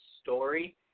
story